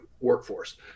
workforce